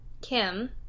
Kim